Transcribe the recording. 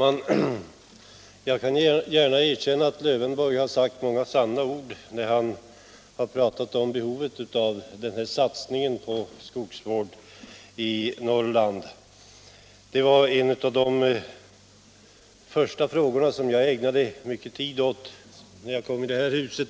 Herr talman! Jag kan erkänna att herr Lövenborg har sagt många sanna ord när han talat om behovet av en satsning på skogsvård i Norrland. Det var en av de första frågor som jag ägnade mycket tid åt när jag kom till detta hus,